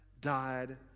died